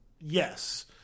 yes